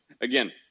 again